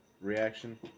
Reaction